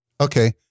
Okay